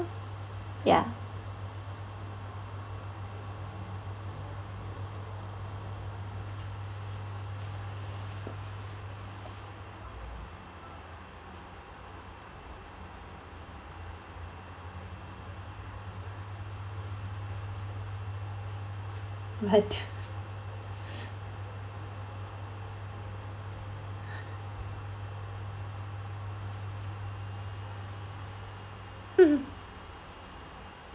ya [what]